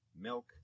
milk